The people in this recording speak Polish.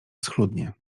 schludnie